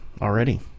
already